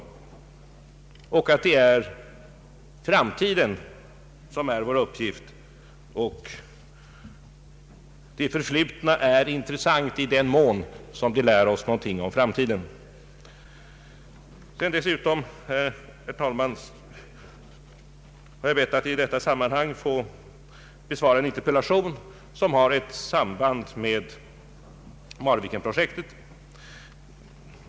Det är framtiden som är vår uppgift, och det förflutna är intressant i den mån som det lär oss någonting om framtiden. Herr talman! Jag har bett att i detta sammanhang få besvara en interpellation som har ett samband med Marvikenprojektet.